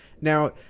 Now